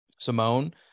Simone